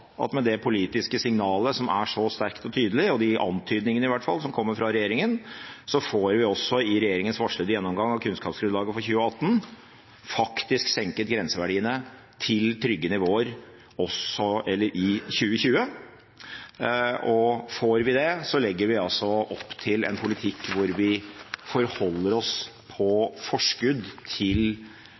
at med det politiske signalet – som er så sterkt og tydelig – og de antydningene, i hvert fall, som kommer fra regjeringen, så får vi også i regjeringens varslede gjennomgang av kunnskapsgrunnlaget for 2018 faktisk senket grenseverdiene til trygge nivåer i 2020. Og får vi det, så legger vi altså opp til en politikk hvor vi forholder oss, på forskudd, til